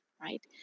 Right